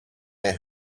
their